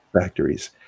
factories